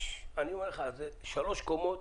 שלוש קומות,